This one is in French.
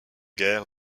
guerre